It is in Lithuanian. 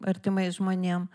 artimais žmonėm